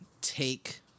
take